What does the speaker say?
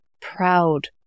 proud